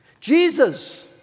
Jesus